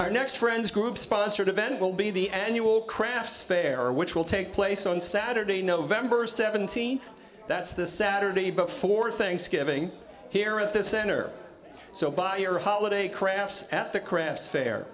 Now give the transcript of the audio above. our next friends group sponsored event will be the annual crafts fair which will take place on saturday november th that's the saturday before thanksgiving here at the center so by your holiday crafts at the crafts fair